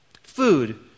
Food